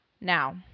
Now